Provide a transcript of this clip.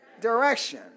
direction